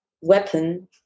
weapon